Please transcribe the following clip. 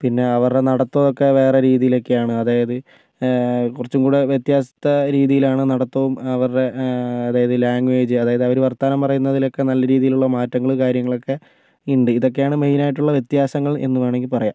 പിന്നെ അവരുടെ നടത്തമൊക്കെ വേറെ രീതിയിലൊക്കെയാണ് അതായത് കുറച്ചും കൂടെ വ്യത്യസ്ത രീതിയിലാണ് നടത്തവും അവരുടെ അതായത് ലാംഗ്വേജ് അതായത് അവര് വർത്താനം പറയുന്നതിലൊക്കെ നല്ല രീതിയിലുള്ള മാറ്റങ്ങള് കാര്യങ്ങളൊക്കെ ഉണ്ട് ഇതെക്കെയാണ് മെയ്നായിട്ടുള്ള വ്യത്യാസങ്ങൾ എന്ന് വേണമെങ്കിൽ പറയാം